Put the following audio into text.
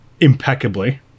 impeccably